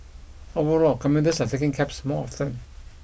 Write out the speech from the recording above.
overall commuters are taking cabs more often